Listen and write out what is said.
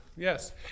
Yes